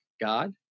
God